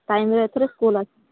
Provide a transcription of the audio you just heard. ଟାଇମ୍ରେ ଏଥର ସ୍କୁଲ ଆସିବ